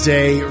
Day